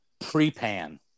prepan